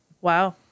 Wow